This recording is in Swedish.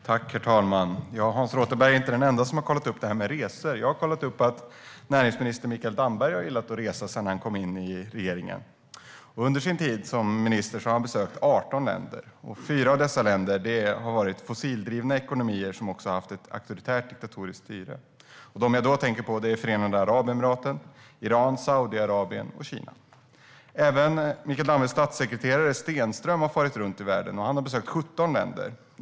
Herr talman! Hans Rothenberg är inte den enda som har kollat upp detta med resor. Jag har kollat upp att näringsminister Mikael Damberg har gillat att resa sedan han kom in i regeringen. Under sin tid som minister har han besökt 18 länder. Fyra av dessa länder har varit fossildrivna ekonomier som också haft ett auktoritärt diktatoriskt styre. De jag i dag tänker på är Förenade Arabemiraten, Iran, Saudiarabien och Kina. Även Mikael Dambergs statssekreterare, Oscar Stenström, har farit runt i världen. Han har besökt 17 länder.